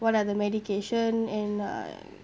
what are the medication and um